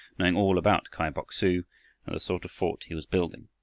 knowing all about kai bok-su and the sort of fort he was building.